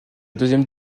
deuxième